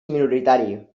minoritari